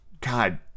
God